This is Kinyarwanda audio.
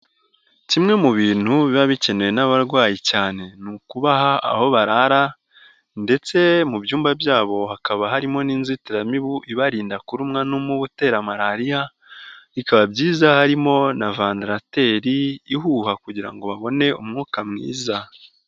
Kimwe mu bintu biba bikenewe n'abarwayi cyane ni ukubaha aho barara ndetse mu byumba byabo hakaba harimo n'inzitiramibu ibarinda kurumwa n'umubu utera malariya, bikaba byiza harimo na vandarateri ihuha kugira ngo babone umwuka mwiza.